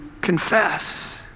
confess